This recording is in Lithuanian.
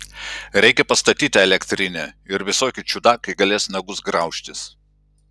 reikia pastatyt tą elektrinę ir visokie čiudakai galės nagus graužtis